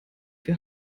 wir